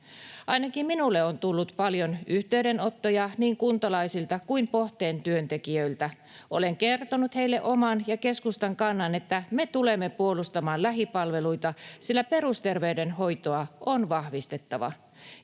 Ainakin minulle on tullut paljon yhteydenottoja niin kuntalaisilta kuin Pohteen työntekijöiltä. Olen kertonut heille omani ja keskustan kannan, että me tulemme puolustamaan lähipalveluita, sillä perusterveydenhoitoa on vahvistettava.